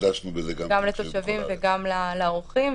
גם לתושבים וגם לאורחים,